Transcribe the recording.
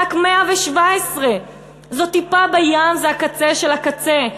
רק 117. זו טיפה בים, זה הקצה שבקצה.